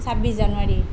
চাব্বিশ জানুৱাৰী